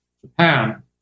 Japan